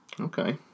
okay